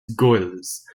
gules